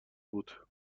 بود